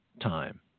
time